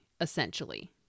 essentially